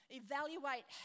evaluate